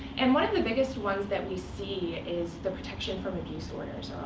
and one of the biggest ones that we see is the protection from abuse orders,